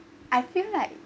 I feel like